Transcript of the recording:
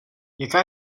jaká